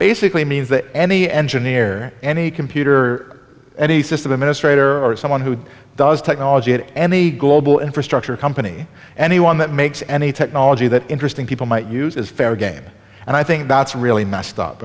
basically means that any engineer any computer any system administrator or someone who does technology at any global infrastructure company anyone that makes any technology that interesting people might use is fair game and i think that's really messed up